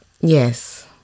Yes